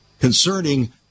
concerning